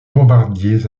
bombardiers